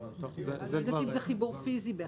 אני לא יודעת אם זה חיבור פיזי בהכרח.